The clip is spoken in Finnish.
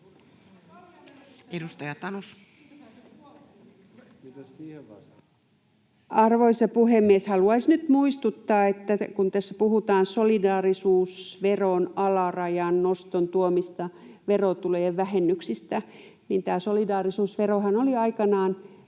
Content: Arvoisa puhemies! Haluaisin nyt muistuttaa, että kun tässä puhutaan solidaarisuusveron alarajan noston tuomista verotulojen vähennyksistä, niin tämä solidaarisuusverohan on jo aikanaan